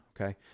Okay